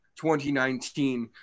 2019